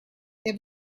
there